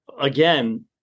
Again